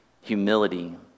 humility